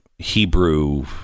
Hebrew